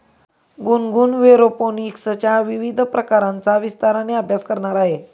गुनगुन एरोपोनिक्सच्या विविध प्रकारांचा विस्ताराने अभ्यास करणार आहे